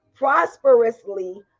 prosperously